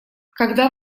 когда